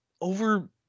over